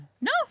No